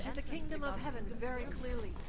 and kingdom of heaven very clearly!